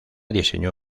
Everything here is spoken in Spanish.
diseñó